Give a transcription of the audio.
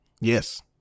Yes